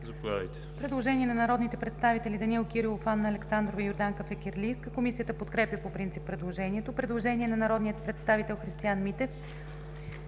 Заповядайте,